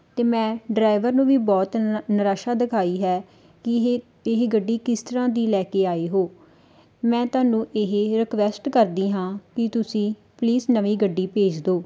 ਅਤੇ ਮੈਂ ਡਰਾਈਵਰ ਨੂੰ ਵੀ ਬਹੁਤ ਨ ਨਿਰਾਸ਼ਾ ਦਿਖਾਈ ਹੈ ਕਿ ਇਹ ਇਹ ਗੱਡੀ ਕਿਸ ਤਰ੍ਹਾਂ ਦੀ ਲੈ ਕੇ ਆਏ ਹੋ ਮੈਂ ਤੁਹਾਨੂੰ ਇਹ ਰਿਕੁਐਸਟ ਕਰਦੀ ਹਾਂ ਕਿ ਤੁਸੀਂ ਪਲੀਜ਼ ਨਵੀਂ ਗੱਡੀ ਭੇਜ ਦਿਉ